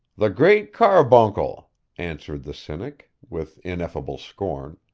the great carbuncle answered the cynic, with ineffable scorn.